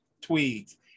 Tweeds